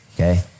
okay